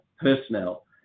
personnel